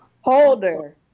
holder